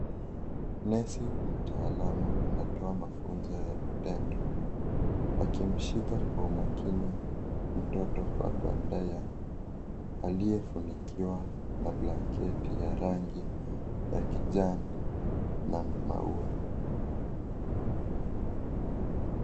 Nesi mtaalamu anatoa mafunzo ya vitendo akimshika kwa umakini mtoto kwa baada ya aliyefunikiwa na blanketi ya rangi ya kijani na maua.